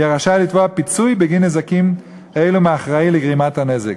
יהיה רשאי לתבוע פיצוי בגין נזקים אלו מהאחראי לגרימת הנזק.